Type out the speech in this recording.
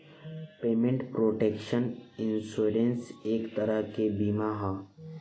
payment protection insurance एक तरह के बीमा ह